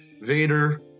Vader